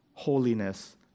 Holiness